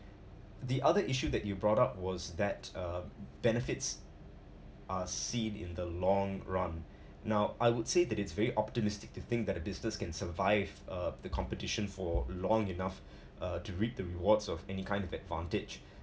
the other issue that you brought up was that uh benefits are seen in the long run now I would say that it's very optimistic to think that a business can survive uh the competition for long enough uh to reap the rewards of any kind of advantage